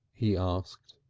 he asked.